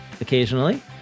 occasionally